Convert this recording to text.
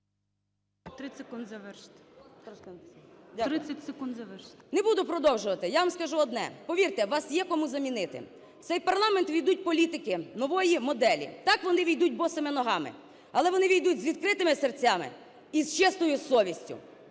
30 секунд, завершуйте. САВЧЕНКО Н.В. Не буду продовжувати. Я вам скажу одне :повірте, вас є кому замінити. В цей парламент увійдуть політики нової моделі. Так, вони ввійдуть босими ногами, але вони ввійдуть з відкритими серцями і з чистою совістю.